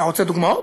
אתה רוצה דוגמאות?